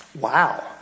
Wow